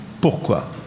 Pourquoi